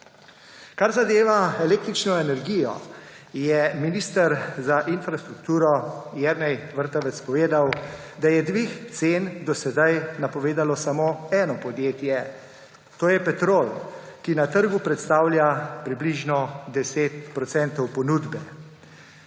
Kar zadeva električno energijo, je minister za infrastrukturo Jernej Vrtovec povedal, da je dvig cen do sedaj napovedalo samo eno podjetje, to je Petrol, ki na trgu predstavlja približno 10 % ponudbe.